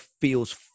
feels